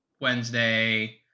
Wednesday